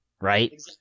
right